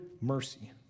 mercy